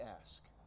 ask